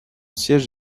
siège